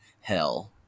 hell